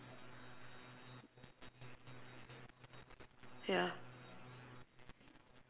ya